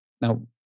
Now